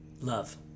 Love